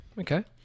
Okay